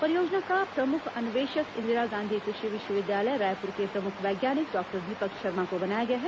परियोजना का प्रमुख अन्वेषक इंदिरा गांधी कृषि विश्वविद्यालय रायपुर के प्रमुख वैज्ञानिक डॉक्टर दीपक शर्मा को बनाया गया है